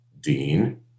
Dean